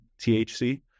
THC